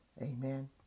Amen